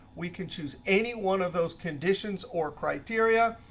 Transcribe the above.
we can choose any one of those conditions or criteria,